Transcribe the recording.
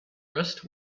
rest